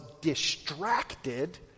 distracted